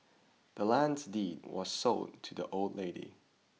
the land's deed was sold to the old lady